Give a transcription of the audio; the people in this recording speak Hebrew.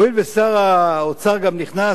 הואיל ושר האוצר נכנס,